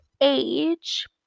age